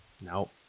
No